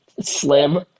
slim